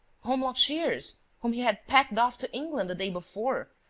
holmlock shears, whom he had packed off to england the day before,